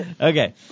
Okay